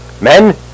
Men